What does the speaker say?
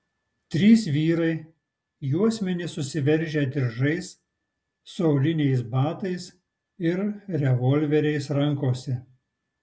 trys vyrai juosmenis susiveržę diržais su auliniais batais ir revolveriais rankose